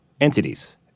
entities